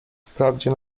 wprawdzie